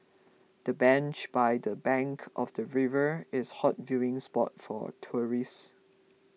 the bench by the bank of the river is hot viewing spot for tourists